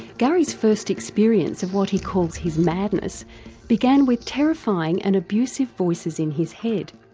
gary's first experience of what he calls his madness began with terrifying and abusive voices in his head.